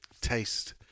taste